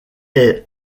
est